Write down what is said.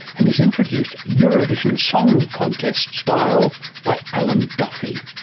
and he's introduced, eurovision song contest style, by alan duffy.